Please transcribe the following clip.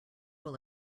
will